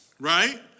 right